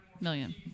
million